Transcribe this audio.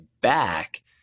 back